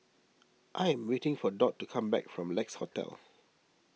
I am waiting for Dot to come back from Lex Hotel